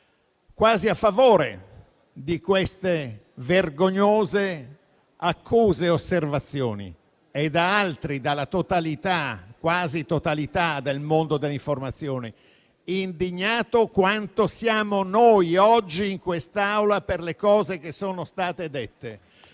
quasi a favore di quelle vergognose accuse e osservazioni; altri, la quasi totalità del mondo dell'informazione, indignati quanto siamo noi oggi in quest'Aula per le cose che sono state dette